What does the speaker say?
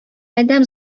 адәм